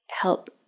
help